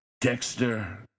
Dexter